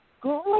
great